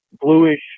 bluish